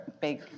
big